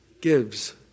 gives